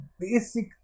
basic